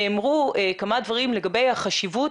נאמרו כמה דברים לגבי החשיבות